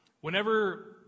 whenever